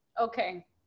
okay